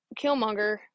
Killmonger